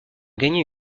gagné